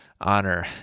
honor